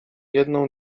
jedną